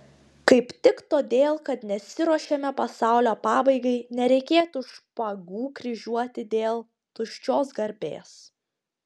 kaip tik todėl kad nesiruošiame pasaulio pabaigai nereikėtų špagų kryžiuoti dėl tuščios garbės